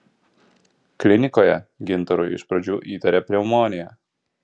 klinikoje gintarui iš pradžių įtarė pneumoniją